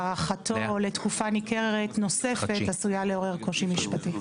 הארכתו לתקופה ניכרת נוספת עשויה לעורר קושי משפטי.